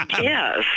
Yes